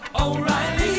O'Reilly